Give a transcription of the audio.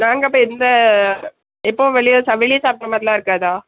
நாங்கள் அப்போது எந்த எப்போது வெளியே சாப் வெளியே சாப்பிட்ற மாதிரில்லாம் இருக்காதா